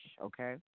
okay